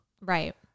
right